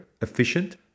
efficient